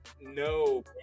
No